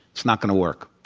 it's not going to work.